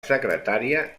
secretària